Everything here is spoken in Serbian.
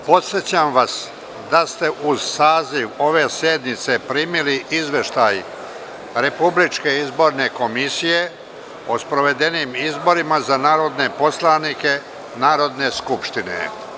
Podsećam da ste uz saziv ove sednice primili Izveštaj Republičke izborne komisije o sprovedenim izborima za narodne poslanike Narodne skupštine.